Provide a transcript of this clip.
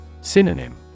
Synonym